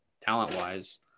talent-wise